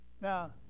Now